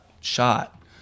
shot